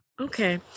Okay